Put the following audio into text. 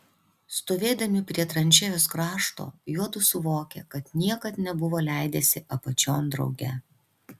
stovėdami prie tranšėjos krašto juodu suvokė kad niekad nebuvo leidęsi apačion drauge